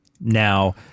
now